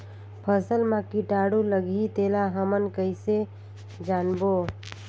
फसल मा कीटाणु लगही तेला हमन कइसे जानबो?